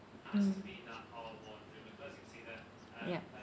mm yup